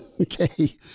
Okay